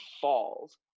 falls